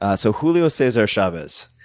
ah so julio caesar chavez.